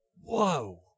Whoa